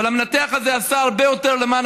אבל המנתח הזה עשה הרבה יותר למען